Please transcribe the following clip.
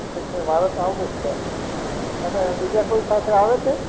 એટલે મારે તો આવવું જ છે તમે બીજા કોઈ સાથે આવે છે